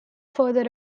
further